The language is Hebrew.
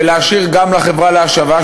ולהשאיר גם לחברה להשבה,